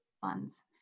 funds